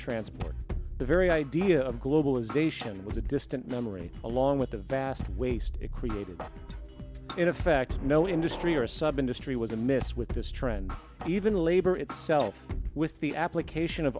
transport the very idea of globalization was a distant memory along with the vast waste created in effect no industry or sub industry was amiss with this trend even labor itself with the application of